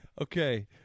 Okay